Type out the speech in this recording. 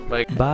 Bye